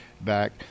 back